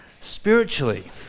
spiritually